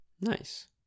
Nice